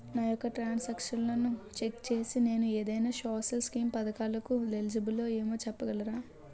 నా యెక్క ట్రాన్స్ ఆక్షన్లను చెక్ చేసి నేను ఏదైనా సోషల్ స్కీం పథకాలు కు ఎలిజిబుల్ ఏమో చెప్పగలరా?